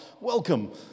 welcome